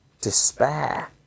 despair